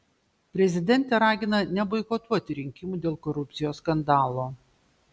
prezidentė ragina neboikotuoti rinkimų dėl korupcijos skandalo